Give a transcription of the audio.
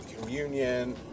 communion